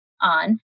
on